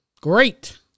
Great